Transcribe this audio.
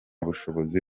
bushobozi